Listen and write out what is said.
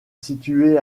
située